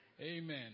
Amen